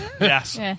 Yes